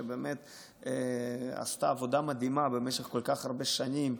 שבאמת עשתה עבודה מדהימה במשך כל כך הרבה שנים.